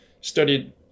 studied